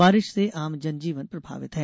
बारिश से आम जनजीवन प्रभावित है